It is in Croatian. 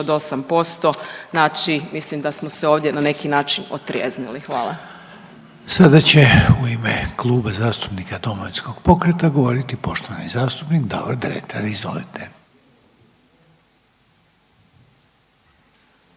od 8% znači mislim da smo se ovdje na neki način otrijeznili. Hvala. **Reiner, Željko (HDZ)** Sada će u ime Kluba zastupnika Domovinskog pokreta govoriti poštovani zastupnik Davor Dretar. Izvolite.